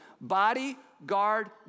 bodyguard